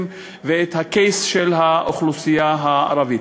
ואת ה-case של האוכלוסייה הערבית.